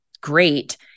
great